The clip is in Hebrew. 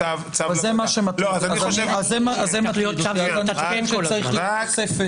אז זה מטריד אותי, אז אנחנו צריכים תוספת.